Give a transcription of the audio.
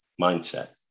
mindset